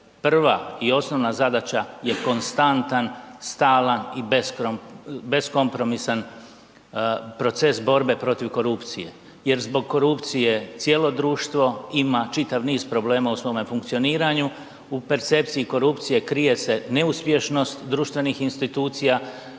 prva i osnovna zadaća je konstantan, stalan i beskompromisan proces borbe protiv korupcije jer zbog korupcije cijelo društvo ima čitav niz problema u svome funkcioniranju. U percepciji korupcije krije se neuspješnost društvenih institucija,